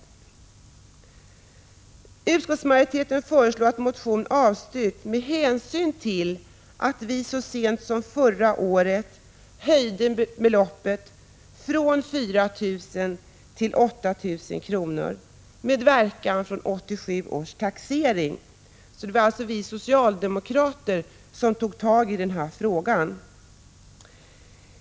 Utskottsmajoriteten föreslår att motionen avstyrks med hänsyn till att vi så sent som förra året höjde beloppet från 4 000 till 8 000 kr. med verkan fr.o.m. 1987 års taxering. Det var alltså vi socialdemokrater som tog tag i den frågan.